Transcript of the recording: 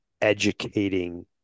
educating